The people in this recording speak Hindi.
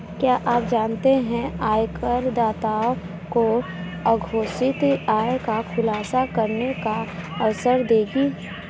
क्या आप जानते है आयकरदाताओं को अघोषित आय का खुलासा करने का अवसर देगी?